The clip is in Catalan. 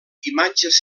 imatges